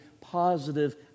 positive